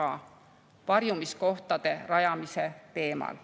ja varjumiskohtade rajamise teemal.